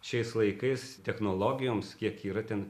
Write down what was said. šiais laikais technologijoms kiek yra ten